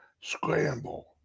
scramble